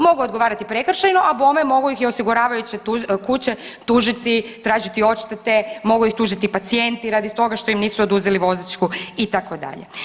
Mogao je odgovarati prekršajno, a bome mogao ih je osiguravajuće kuće tužiti, tražiti odštete, mogu ih tužiti pacijenti radi toga što im nisu oduzeli vozačku itd.